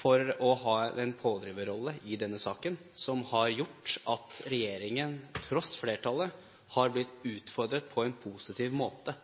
for å ha en pådriverrolle i denne saken som har gjort at regjeringen, til tross for flertallet, har blitt utfordret på en positiv måte.